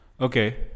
Okay